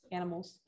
animals